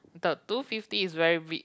the two fifty is very big